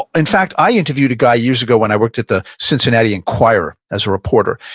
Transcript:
in fact, i interviewed a guy years ago when i worked at the cincinnati enquirer as a reporter.